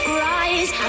rise